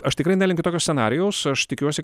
aš tikrai nelinkiu tokio scenarijaus aš tikiuosi